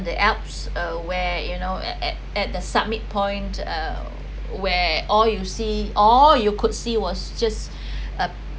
the alps uh where you know at at at the summit point uh where all you see all you could see was just a